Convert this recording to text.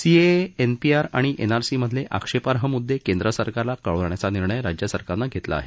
CAA NPR आणि एनआरसीमधले आक्षेपार्ह मुद्दे केंद्र सरकारला कळवण्याचा निर्णय राज्य सरकारनं घेतला आहे